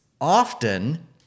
often